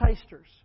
tasters